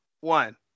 One